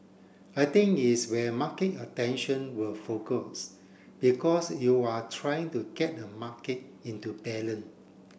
I think it's where market attention will focus because you are trying to get a market into